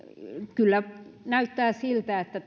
kyllä näyttää siltä että